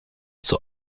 zur